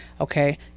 Okay